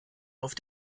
auf